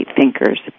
thinkers